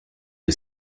que